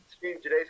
today's